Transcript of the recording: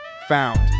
found